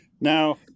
Now